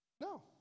No